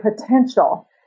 potential